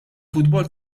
futbol